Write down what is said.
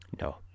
No